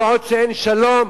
כל עוד אין שלום,